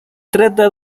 trata